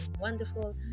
wonderful